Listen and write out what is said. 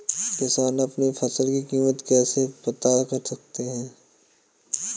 किसान अपनी फसल की कीमत कैसे पता कर सकते हैं?